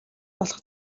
болох